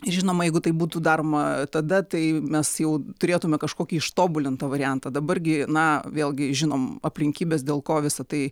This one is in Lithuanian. žinoma jeigu tai būtų daroma tada tai mes jau turėtume kažkokį ištobulintą variantą dabar gi na vėlgi žinom aplinkybės dėl ko visa tai